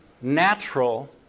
natural